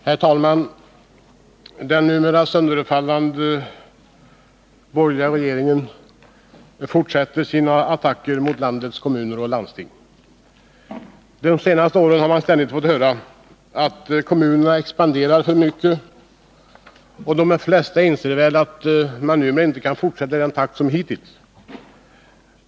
Herr talman! Den numera sönderfallande borgerliga regeringen fortsätter Torsdagen den sina attacker mot landets kommuner och landsting. De senaste åren har man 7 maj 1981 ständigt fått höra att kommunerna expanderar för mycket, och de flesta inser väl att det nu inte går att fortsätta i samma takt som hittills.